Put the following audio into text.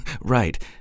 Right